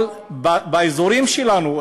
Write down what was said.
באזורים שלנו,